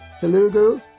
Telugu